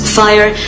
fire